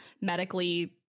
medically